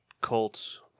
Colts